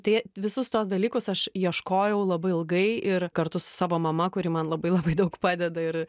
tai visus tuos dalykus aš ieškojau labai ilgai ir kartu su savo mama kuri man labai labai daug padeda ir